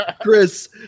Chris